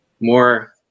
more